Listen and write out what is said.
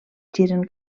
giren